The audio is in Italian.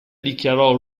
dichiarò